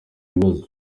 ikibazo